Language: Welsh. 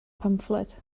pamffled